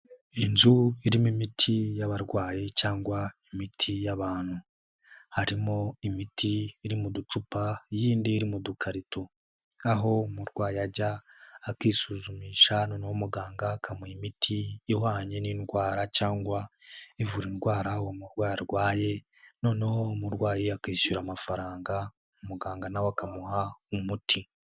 Inzu irimo imiti y'abarwayi cyangwa imiti y'abantu, harimo imiti iri mu ducupa iyindi iri mu dukarito, aho umurwayi ajya akisuzumisha noneho muganga akamuha imiti ihwanye n'indwara cyangwa ivura indwara uwo murwayi arwaye, noneho umurwayi akishyura amafaranga umuganga na we akamuha umuti.